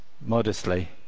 modestly